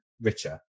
richer